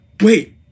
wait